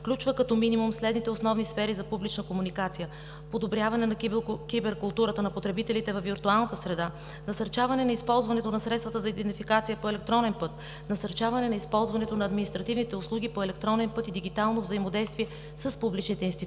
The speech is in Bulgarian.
включва като минимум следните основни сфери за публична комуникация: подобряване на киберкултурата на потребителите във виртуалната среда, насърчаване на използването на средствата за идентификация по електронен път, насърчаване на използването на административните услуги по електронен път и дигитално взаимодействие с публичните институции.